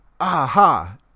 aha